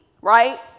right